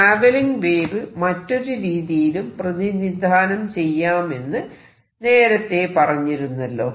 travelling wave മറ്റൊരു രീതിയിലും പ്രതിനിധാനം ചെയ്യാമെന്ന് നേരത്തെ പറഞ്ഞിരുന്നല്ലോ